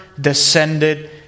descended